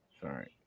sorry